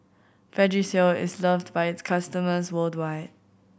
vagisil is loved by its customers worldwide